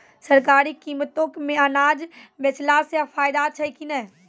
सरकारी कीमतों मे अनाज बेचला से फायदा छै कि नैय?